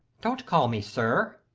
don't call me sir,